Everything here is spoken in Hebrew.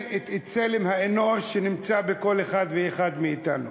את צלם האנוש שנמצא בכל אחד ואחד מאתנו.